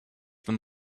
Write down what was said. them